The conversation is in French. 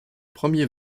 premier